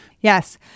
Yes